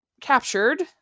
captured